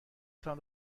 تان